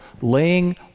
laying